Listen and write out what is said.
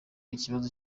ikibazo